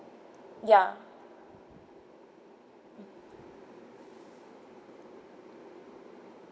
ya